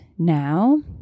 now